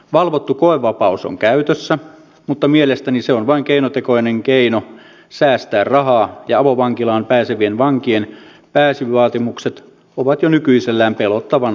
valvottu koevapaus on käytössä mutta mielestäni se on vain keinotekoinen keino säästää rahaa ja avovankilaan pääsevien vankien pääsyvaatimukset ovat jo nykyisellään pelottavan alhaalla